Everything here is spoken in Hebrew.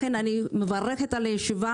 לכן אני מברכת על הישיבה,